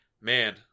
man